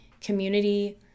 community